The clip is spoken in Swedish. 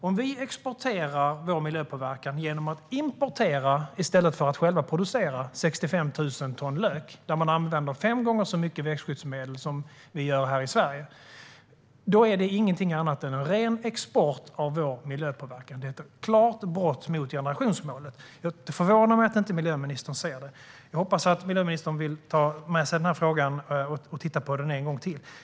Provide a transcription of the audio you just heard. Om vi exporterar vår miljöpåverkan genom att importera, i stället för att själva producera, 65 000 ton lök från länder där man använder fem gånger så mycket växtskyddsmedel som vi gör här i Sverige är det ingenting annat än en ren export av vår miljöpåverkan. Det är ett klart brott mot generationsmålet. Det förvånar mig att miljöministern inte ser det, och jag hoppas att hon vill ta med sig frågan och titta på den en gång till.